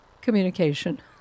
communication